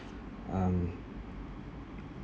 um